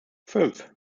fünf